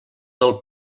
del